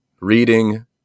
reading